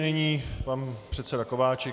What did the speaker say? Nyní pan předseda Kováčik.